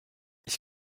ich